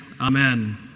Amen